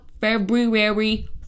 February